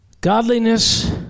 Godliness